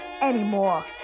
anymore